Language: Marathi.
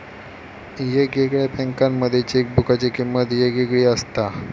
येगयेगळ्या बँकांमध्ये चेकबुकाची किमंत येगयेगळी असता